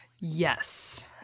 yes